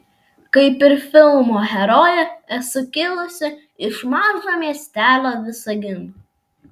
kaip ir filmo herojė esu kilusi iš mažo miestelio visagino